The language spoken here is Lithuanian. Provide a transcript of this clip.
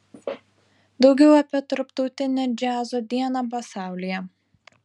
daugiau apie tarptautinę džiazo dieną pasaulyje